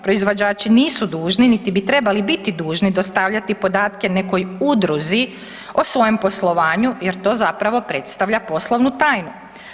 Proizvođači nisu dužni niti bi trebali dužni dostavljati podatke nekoj udruzi o svojem poslovanju jer to zapravo predstavlja poslovnu tajnu.